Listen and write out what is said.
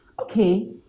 Okay